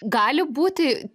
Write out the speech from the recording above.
gali būti